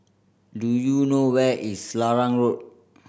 do you know where is Selarang Road